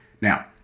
Now